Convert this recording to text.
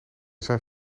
zijn